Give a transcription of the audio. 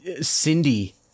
Cindy